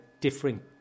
differing